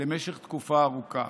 למשך תקופה ארוכה.